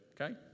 Okay